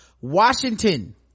washington